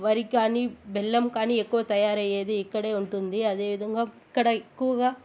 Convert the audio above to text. వరి కానీ బెల్లం కానీ ఎక్కువ తయారయ్యేది ఇక్కడే ఉంటుంది అదేవిధంగా ఇక్కడ ఎక్కువగా